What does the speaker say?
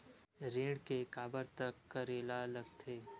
ऋण के काबर तक करेला लगथे?